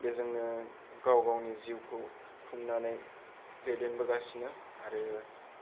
बेजोंनो गाव गावनि जिउखौ खुंनानै दैदेनबोगासिनो आरो